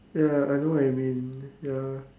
ya I know what you mean ya